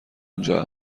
اونجا